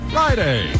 Friday